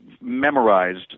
memorized